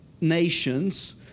nations